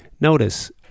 Notice